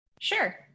Sure